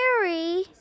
scary